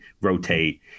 rotate